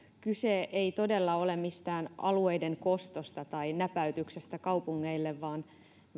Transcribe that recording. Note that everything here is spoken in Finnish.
kyse ei todella ole mistään alueiden kostosta tai näpäytyksestä kaupungeille vaan